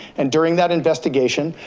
and during that investigation,